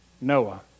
Noah